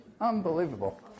Unbelievable